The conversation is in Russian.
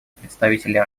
представителей